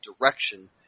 direction